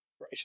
right